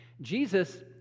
Jesus